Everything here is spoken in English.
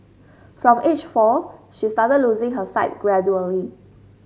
from age four she started losing her sight gradually